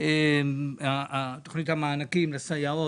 המענקים לסייעות.